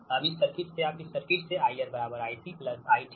अब इस सर्किट से अब इस सर्किट से IR IC I ठीक